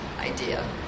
idea